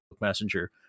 messenger